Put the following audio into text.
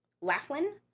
Laughlin